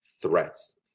threats